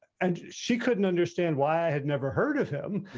and she couldn't understand why i had never heard of him,